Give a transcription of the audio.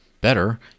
better